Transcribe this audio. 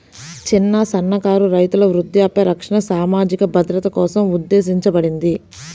చిన్న, సన్నకారు రైతుల వృద్ధాప్య రక్షణ సామాజిక భద్రత కోసం ఉద్దేశించబడింది